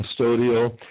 custodial